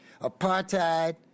apartheid